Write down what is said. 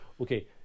okay